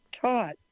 taught